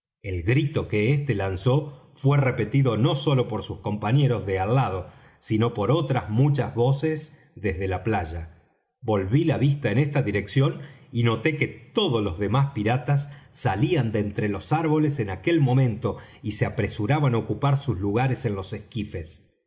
el grito que este lanzó fué repetido no sólo por sus compañeros de al lado sino por otras muchas voces desde la playa volví la vista en esta dirección y noté que todos los demás piratas salían de entre los árboles en aquel momento y se apresuraban á ocupar sus lugares en los esquifes